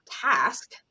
task